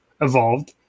Evolved